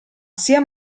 sia